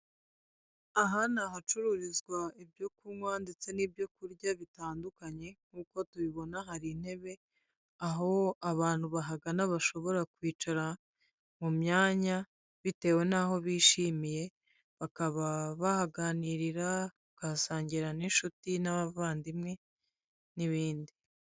Aha ni ahacururizwa ibyo kunywa ndetse n'ibyo kurya bitandukanye nk'uko tubibona hari intebe aho abantu bahagana bashobora kwicara mu myanya bitewe n'aho bishimiye bakaba bahaganirira bagasangira n'inshuti n'abavandimwe n'ibindi.